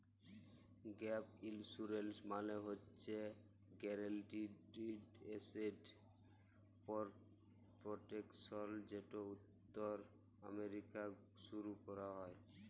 gap insurance মালে হছে guaranteed asset protection যেট উত্তর আমেরিকায় শুরু ক্যরা হ্যয়